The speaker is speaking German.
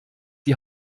die